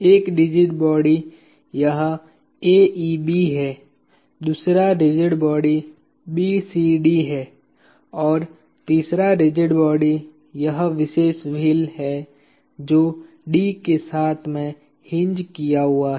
एक rigid body यह AEB है दूसरा रिजिड बॉडी BCD है और तीसरा रिजिड बॉडी यह विशेष व्हील है जो D के साथ में हिंज किया हुआ है